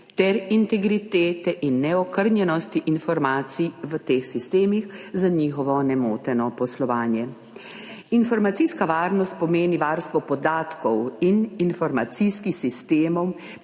ter integritete in neokrnjenosti informacij v teh sistemih za njihovo nemoteno poslovanje. Informacijska varnost pomeni varstvo podatkov in informacijskih sistemov